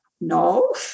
No